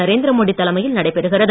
நரேந்திரமோடி தலைமையில் நடைபெறுகிறது